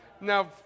Now